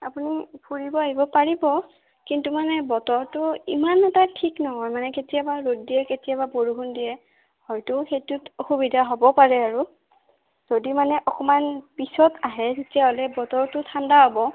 আপুনি ফুৰিব আহিব পাৰিব কিন্তু মানে বতৰটো ইমান এটা ঠিক নহয় মানে কেতিয়াবা ৰ'দ দিয়ে কেতিয়াবা বৰষুণ দিয়ে হয়তো সেইটো অসুবিধা হ'ব পাৰে আৰু যদি মানে অকণমান পিছত আহে তেতিয়াহ'লে বতৰটো ঠাণ্ডা হ'ব